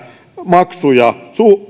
maksuja